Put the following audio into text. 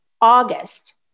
August